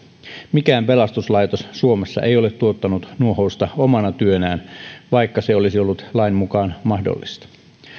mikään pelastuslaitos suomessa ei ole tuottanut nuohousta omana työnään vaikka se olisi ollut lain mukaan mahdollista